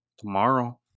Tomorrow